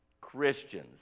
Christians